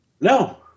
No